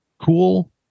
Cool